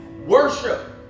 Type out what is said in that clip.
Worship